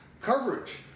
coverage